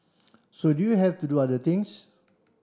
so you have to do other things